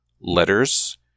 letters